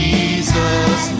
Jesus